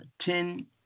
Ten